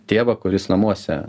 tėvą kuris namuose